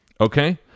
Okay